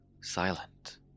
silent